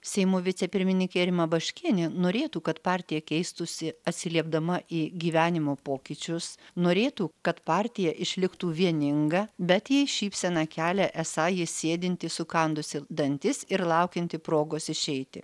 seimo vicepirmininkė rima baškienė norėtų kad partija keistųsi atsiliepdama į gyvenimo pokyčius norėtų kad partija išliktų vieninga bet jai šypseną kelia esą ji sėdinti sukandusi dantis ir laukianti progos išeiti